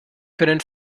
können